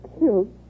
killed